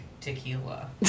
tequila